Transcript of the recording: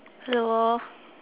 hello